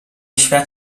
świat